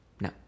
no